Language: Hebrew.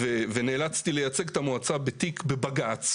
ונאלצתי לייצג את המועצה, מגישה תיק לבג"ץ